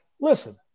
listen